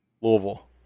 Louisville